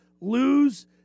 lose